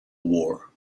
war